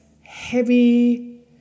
heavy